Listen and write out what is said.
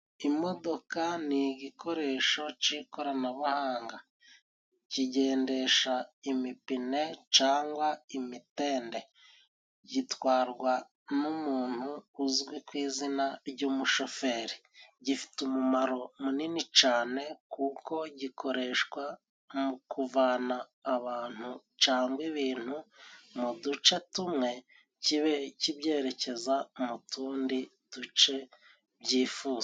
Imodoka ni igikoresho c'ikoranabuhanga kigendesha imipine cangwa imitende, gitwarwa n'umuntu uzwi ku izina ry'umushoferi ,gifite umumaro munini cane kuko gikoreshwa mu kuvana abantu cangwa ibintu mu duce tumwe kibe kibyerekeza mu tundi duce byifuza.